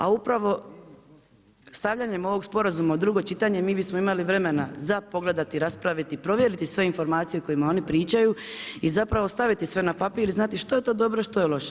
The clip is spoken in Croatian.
A upravo, stavljanjem ovog sporazuma u drugo čitanje mi bismo imali vremena za pogledati, raspraviti, provjeriti sve informacije o kojima oni pričaju i zapravo staviti sve na papir i znati što je to dobro a što je loše.